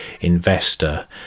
investor